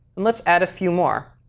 and let's add a few more.